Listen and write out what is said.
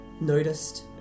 noticed